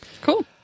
Cool